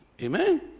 Amen